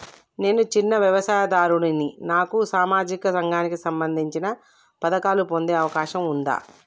నేను చిన్న వ్యవసాయదారుడిని నాకు సామాజిక రంగానికి సంబంధించిన పథకాలు పొందే అవకాశం ఉందా?